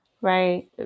Right